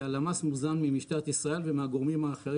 שהלמ"ס מוזן ממשטרת ישראל ומהגורמים האחרים